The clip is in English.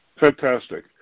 Fantastic